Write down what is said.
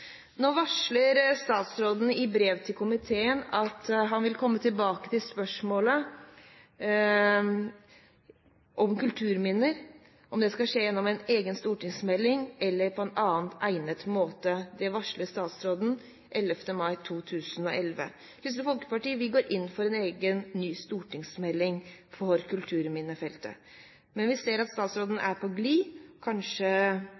Statsråden varslet i brev av 11. mai 2011 til komiteen at han vil komme tilbake til spørsmålet om kulturminner, enten gjennom en egen stortingsmelding eller på en annen egnet måte. Kristelig Folkeparti vil gå inn for en egen ny stortingsmelding for kulturminnefeltet, men vi ser at statsråden er på glid. Kanskje